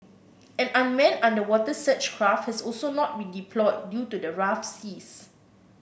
an unmanned underwater search craft has also not been deployed due to the rough seas